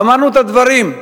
אמרנו את הדברים,